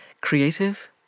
creative